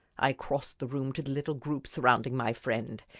i crossed the room to the little group surrounding my friend,